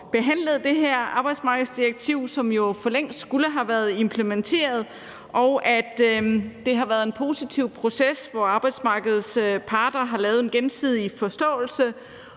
behandlet det her arbejdsmarkedsdirektiv, som jo forlængst skulle have været implementeret. Det har været en positiv proces, hvor arbejdsmarkedets parter har lavet en gensidig forståelse.